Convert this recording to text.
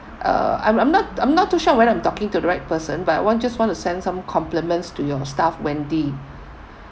uh I'm I'm not I'm not too sure whether I'm talking to the right person but I want just want to send some compliments to your staff wendy